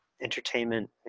entertainment